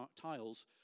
tiles